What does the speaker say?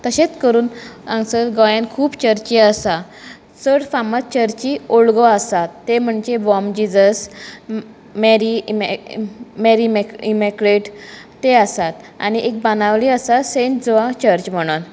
तशेंच करून हांगसर गोंयान खूब चर्ची आसा चड फामाद चर्ची ओल्ड गोवा आसा ते म्हणजे बॉम जीजस मेरी इमे मेरी मेक्युलेट मेरी इमेक्युलेट ते आसा आनी एक बाणावली आसा सेंट जुवांव चर्च म्हुणून